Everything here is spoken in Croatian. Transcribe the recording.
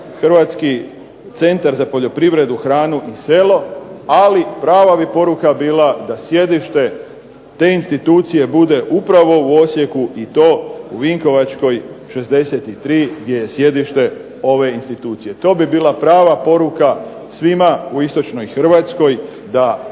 Hrvatski centar za poljoprivredu, hranu i selo ali prava bi poruka bila da sjedište te institucije bude upravo u Osijeku i to u Vinkovačkoj 63 gdje je sjedište ove institucije. To bi bila prava poruka svima u istočnoj Hrvatskoj da se